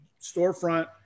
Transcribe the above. storefront